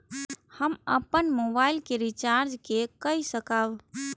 हम अपन मोबाइल के रिचार्ज के कई सकाब?